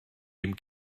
dem